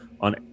on